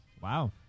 Wow